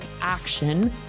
action